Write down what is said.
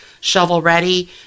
shovel-ready